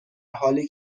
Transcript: حالی